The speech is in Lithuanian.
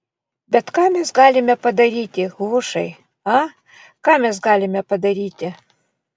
bet ką mes galime padaryti hušai a ką mes galime padaryti